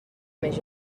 més